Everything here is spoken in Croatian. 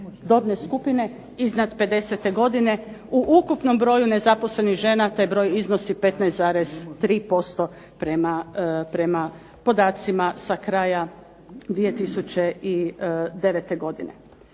dobne skupine iznad 50 godine. U ukupnom broju nezaposlenih žena, taj broj iznosi 15,3% prema podacima sa kraja 2009. godine.